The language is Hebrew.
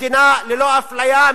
מדינה ללא אפליה,